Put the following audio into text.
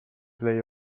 play